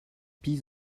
pis